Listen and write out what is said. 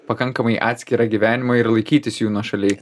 pakankamai atskirą gyvenimą ir laikytis jų nuošaliai